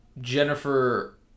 Jennifer